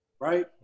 Right